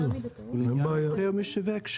ולעניין מוכר או משווק,